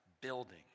building